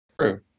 True